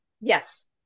Yes